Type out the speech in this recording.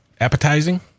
appetizing